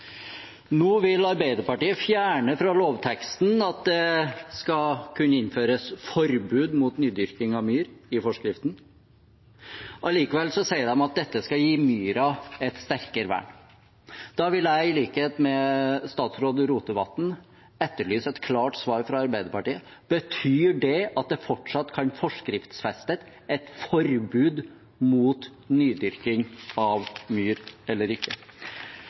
Nå vil Arbeiderpartiet fjerne fra lovteksten at det skal kunne innføres forbud mot nydyrking av myr i forskriften. Allikevel sier de at dette skal gi myra et sterkere vern. Da vil jeg i likhet med statsråd Rotevatn etterlyse et klart svar fra Arbeiderpartiet: Betyr det at det fortsatt kan forskriftsfestes et forbud mot nydyrking av myr eller ikke?